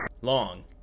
long